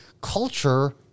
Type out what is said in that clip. culture